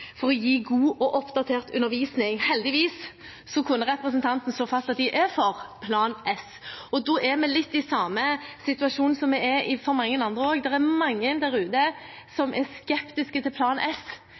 gi god og oppdatert undervisning. Heldigvis kunne representanten slå fast at de er for Plan S. Da er vi litt i samme situasjon som mange andre. Det er mange der ute som er skeptisk til Plan S, men som er for prinsippet om åpen forskning. Problemet er